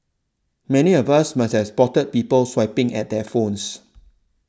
many of us must has spotted people swiping at their phones